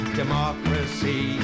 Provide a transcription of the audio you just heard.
democracy